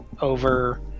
over